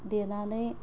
देनानै